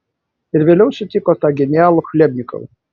ir vėliau sutiko tą genialų chlebnikovą